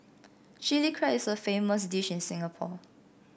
Chilli Crab is a famous dish in Singapore